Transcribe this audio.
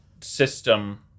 system